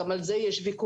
גם על זה יש ויכוחים,